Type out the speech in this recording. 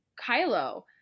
Kylo